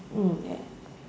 mm ya